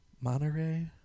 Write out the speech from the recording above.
Monterey